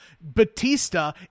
Batista